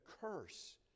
curse